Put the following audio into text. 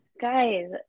guys